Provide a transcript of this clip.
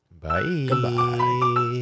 Bye